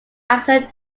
actor